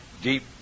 deep